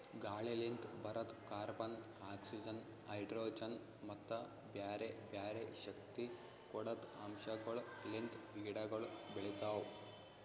ಗಾಳಿಲಿಂತ್ ಬರದ್ carbon, oxygen, hydrogen ಮತ್ತ ಬ್ಯಾರೆ ಬ್ಯಾರೆ ಶಕ್ತಿ ಕೊಡದ್ ಅಂಶಗೊಳ್ ಲಿಂತ್ ಗಿಡಗೊಳ್ ಬೆಳಿತಾವ್